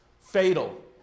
Fatal